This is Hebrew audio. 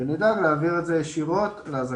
שלמרות קיומו של התקציב הם לא קיבלו את אותה ארוחה למרות